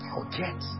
Forget